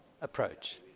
approach